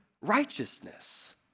righteousness